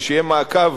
ושיהיה מעקב